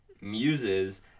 Muse's